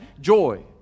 joy